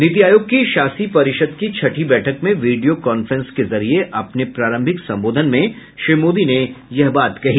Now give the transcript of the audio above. नीति आयोग की शासी परिषद की छठी बैठक में वीडियो कांफ्रेंस के जरिये अपने प्रारंभिक संबोधन में श्री मोदी ने यह बात कही